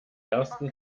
ersten